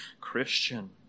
Christian